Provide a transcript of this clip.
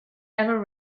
ever